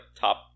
top